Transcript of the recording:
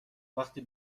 وقتی